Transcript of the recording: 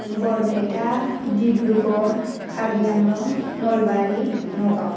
Barpeta Dibrugarh Karbi Anglong Nalbari Nagaon